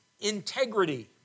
integrity